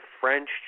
French